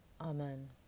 Amen